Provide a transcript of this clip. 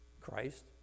Christ